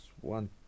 one